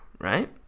right